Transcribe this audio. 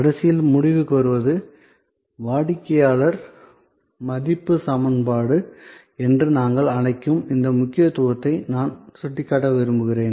கடைசியாக முடிவுக்கு வருவது வாடிக்கையாளர் மதிப்பு சமன்பாடு என்று நாங்கள் அழைக்கும் இதன் முக்கியத்துவத்தை நான் சுட்டிக்காட்ட விரும்புகிறேன்